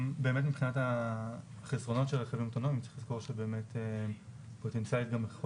מבחינת החסרונות של הרכבים האוטונומיים צריך לזכור שפוטנציאלית גם יכול